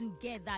together